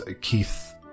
Keith